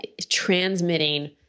transmitting